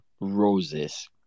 roses